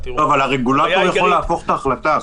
הרגולטור יכול להפוך את ההחלטה.